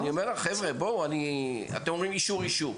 חבר'ה, בואו, אתם אומרים "אישור, אישור".